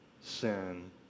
sin